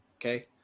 okay